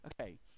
Okay